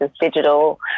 digital